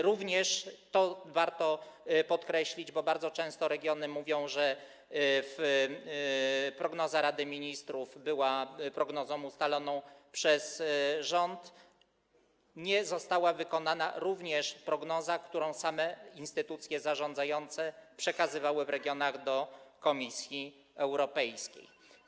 Również - to warto podkreślić, bo bardzo często regiony mówią, że prognoza Rady Ministrów była prognozą ustaloną przez rząd - nie została wykonana prognoza, którą same instytucje zarządzające przekazywały w regionach do Komisji Europejskiej.